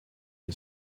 one